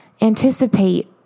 anticipate